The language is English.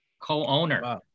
Co-owner